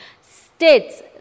states